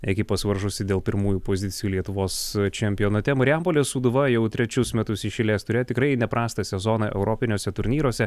ekipos varžosi dėl pirmųjų pozicijų lietuvos čempionate marijampolės sūduva jau trečius metus iš eilės turėjo tikrai neprastą sezoną europiniuose turnyruose